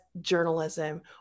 journalism